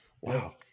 Wow